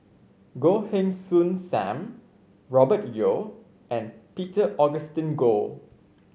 Goh Heng Soon Sam Robert Yeo and Peter Augustine Goh